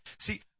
See